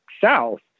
south